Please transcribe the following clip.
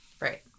Right